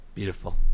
Beautiful